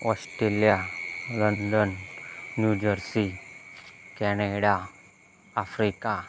Australia London new jersey Canada Africa